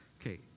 okay